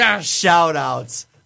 shout-outs